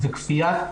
זה כפייה,